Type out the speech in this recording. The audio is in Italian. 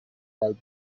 dal